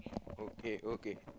okay okay